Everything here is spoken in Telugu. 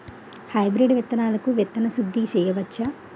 హైబ్రిడ్ విత్తనాలకు విత్తన శుద్ది చేయవచ్చ?